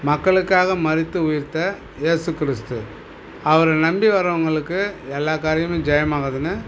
மக்களுக்காக மறித்து உயிர்த்த ஏசு கிறிஸ்து அவரை நம்பி வரவங்களுக்கு எல்லா காரியமும் ஜெயமாகுதுன்னு